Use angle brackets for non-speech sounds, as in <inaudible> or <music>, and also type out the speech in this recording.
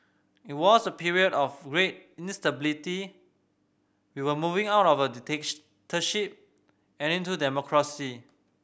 it was a period of great instability we were moving out of a <unintelligible> and into democracy